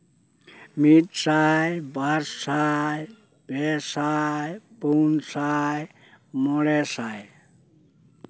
ᱢᱤᱫ ᱥᱟᱭ ᱵᱟᱨ ᱥᱟᱭ ᱯᱮ ᱥᱟᱭ ᱯᱩᱱ ᱥᱟᱭ ᱢᱚᱬᱮ ᱥᱟᱭ